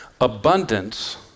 Abundance